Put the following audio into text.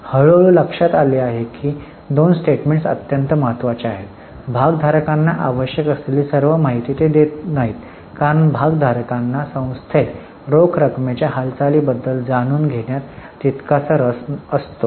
हळू हळू लक्षात आले की ही दोन स्टेटमेंट्स अत्यंत महत्त्वाची आहेत भागधारकांना आवश्यक असलेली सर्व माहिती ते देत नाहीत कारण भागधारकांना संस्थेत रोख रकमेच्या हालचालींबद्दल जाणून घेण्यात तितकेच रस असतो